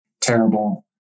terrible